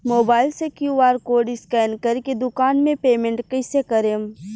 Mobile से QR code scan कर के दुकान मे पेमेंट कईसे करेम?